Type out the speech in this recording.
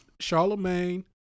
Charlemagne